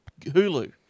Hulu